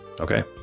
Okay